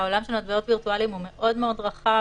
העולם של מטבעות וירטואליים הוא מאוד מאוד רחב.